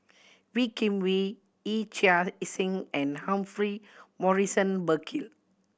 Wee Kim Wee Yee Chia Hsing and Humphrey Morrison Burkill